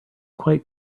quite